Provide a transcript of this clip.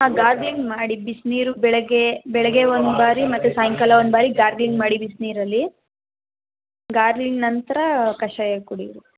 ಹಾಂ ಗಾರ್ಗ್ಲಿಂಗ್ ಮಾಡಿ ಬಿಸಿನೀರು ಬೆಳಗ್ಗೆ ಬೆಳಗ್ಗೆ ಒಂದು ಬಾರಿ ಮತ್ತು ಸಾಯಂಕಾಲ ಒಂದು ಬಾರಿ ಗಾರ್ಗ್ಲಿಂಗ್ ಮಾಡಿ ಬಿಸಿನೀರಲ್ಲಿ ಗಾರ್ಗ್ಲಿಂಗ್ ನಂತರ ಕಷಾಯ ಕುಡಿಯಿರಿ